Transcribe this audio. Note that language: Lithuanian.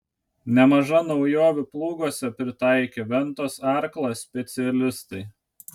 nemaža naujovių plūguose pritaikė ventos arklas specialistai